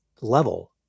level